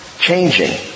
changing